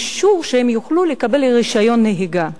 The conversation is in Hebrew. אישור שהן יוכלו לקבל רשיון נהיגה,